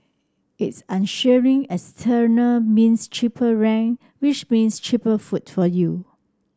its means cheaper rent which means cheaper food for you